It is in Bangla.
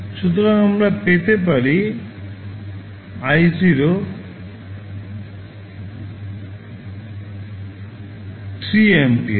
সুতরাং আমরা i0 পাই 3 অ্যাম্পিয়ার